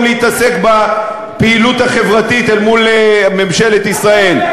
להתעסק בפעילות החברתית מול ממשלת ישראל?